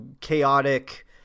chaotic